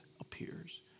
appears